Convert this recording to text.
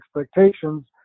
expectations